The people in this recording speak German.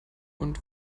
und